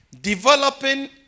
Developing